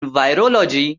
virology